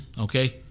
Okay